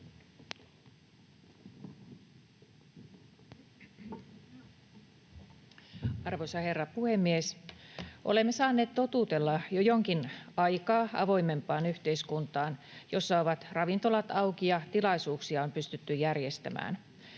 Arvoisa herra puhemies! Olemme saaneet totutella jo jonkin aikaa avoimempaan yhteiskuntaan, jossa ovat ravintolat auki ja tilaisuuksia on pystytty järjestämään.